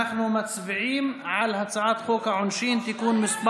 אנחנו מצביעים על הצעת חוק העונשין (תיקון מס'